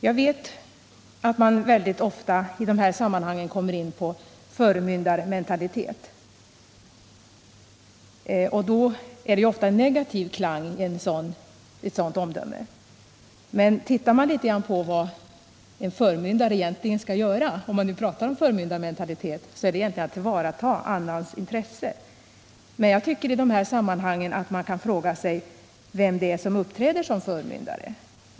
Jag vet att man i sådana här sammanhang ofta talar om förmyndarmentalitet, och det är då oftast fråga om ett negativt omdöme. Men en förmyndares uppgift är väl att tillvarata andras intressen. Jag tycker emellertid att man i detta sammanhang kan fråga vem det är som uppträder som förmyndare.